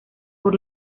por